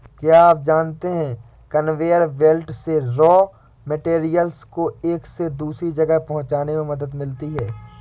क्या आप जानते है कन्वेयर बेल्ट से रॉ मैटेरियल्स को एक से दूसरे जगह पहुंचने में मदद मिलती है?